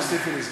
תוסיפו לי זמן.